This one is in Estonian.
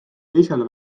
teisele